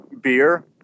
beer